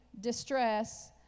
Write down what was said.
distress